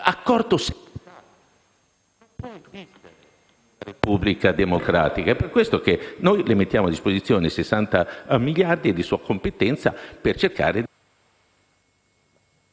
può esistere in una Repubblica democratica. È per questo che noi le mettiamo a disposizione i 60 miliardi di sua competenza per cercare di